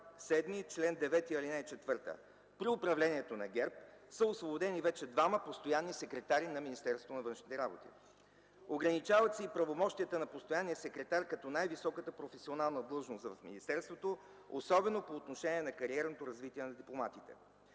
§ 7, чл. 9, ал. 4. При управлението на ГЕРБ са освободени вече двама постоянни секретари на Министерството на външните работи. Ограничават се и правомощията на постоянния секретар като най-високата професионална длъжност в министерството, особено по отношение на кариерното развитие на дипломатите.